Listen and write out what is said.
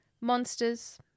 monsters